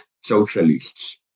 socialists